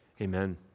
amen